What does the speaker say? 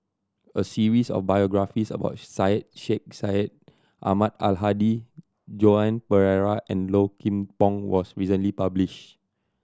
a series of biographies about Syed Sheikh Syed Ahmad Al Hadi Joan Pereira and Low Kim Pong was recently publish